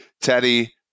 teddy